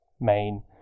main